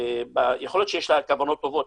יכול להיות שהיו לה כוונות טובות,